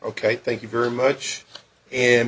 ok thank you very much and